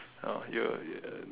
oh you you